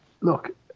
Look